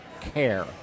care